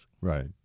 Right